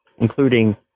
including